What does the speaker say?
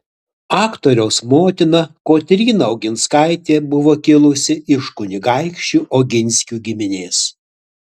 aktoriaus motina kotryna oginskaitė buvo kilusi iš kunigaikščių oginskių giminės